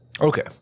Okay